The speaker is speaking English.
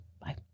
bye